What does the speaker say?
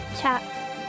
chat